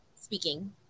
speaking